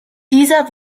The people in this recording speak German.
dieser